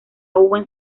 owens